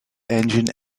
engine